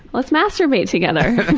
let's masturbate together!